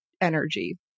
energy